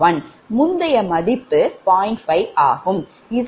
முந்தைய மதிப்பு 0